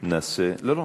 לא, לא.